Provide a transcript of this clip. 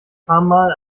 paarmal